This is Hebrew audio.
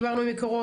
דיברנו עם מקורות,